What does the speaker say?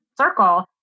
circle